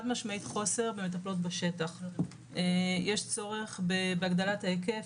יש צורך בהגדלת ההיקף,